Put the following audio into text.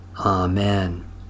Amen